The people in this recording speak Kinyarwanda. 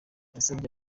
yasabye